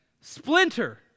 splinter